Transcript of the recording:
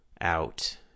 out